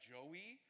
Joey